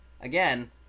again